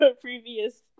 previous